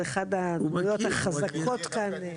זו אחד הדמויות החזקות כאן בכנסת,